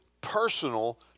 personal